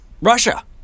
Russia